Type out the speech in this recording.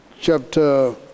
chapter